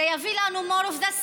זה יביא לנו more of the same,